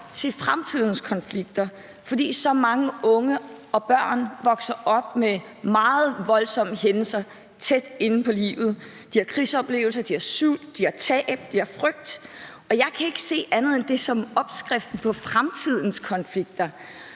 til fremtidens konflikter skabes, fordi så mange børn og unge vokser op med meget voldsomme hændelser tæt inde på livet. De har krigsoplevelser, de har sult, de har tab, de har frygt, og jeg kan ikke se, at det er andet end opskriften på fremtidens konflikter.